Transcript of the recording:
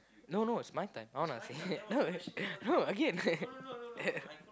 no no it's my turn honest eh no no again